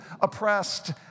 oppressed